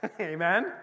Amen